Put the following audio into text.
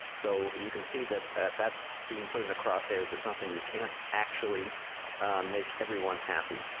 so you can see that that's being put in a crosshairs as something you can't actually make everyone happy.